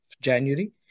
January